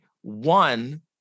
One